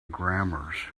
grammars